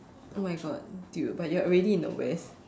oh my god dude but you're already in the West